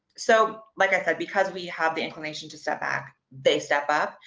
so, like i said, because we have the inclination to step back, they step up.